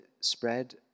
spread